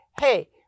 Hey